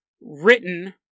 written